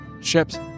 ships